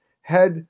head